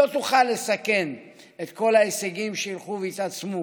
לא תוכל לסכן את כל ההישגים, שילכו ויתעצמו